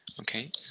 Okay